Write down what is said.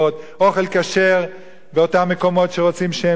אוכל כשר באותם מקומות שרוצים שהם יהיו.